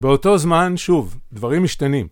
באותו זמן, שוב, דברים משתנים.